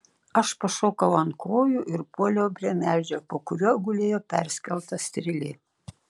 aš pašokau ant kojų ir puoliau prie medžio po kuriuo gulėjo perskelta strėlė